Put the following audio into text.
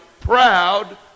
proud